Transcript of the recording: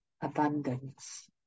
abundance